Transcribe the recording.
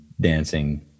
dancing